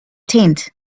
tent